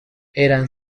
eran